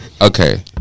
Okay